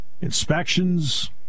inspections